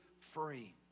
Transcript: free